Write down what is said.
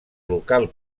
local